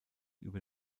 über